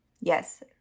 Yes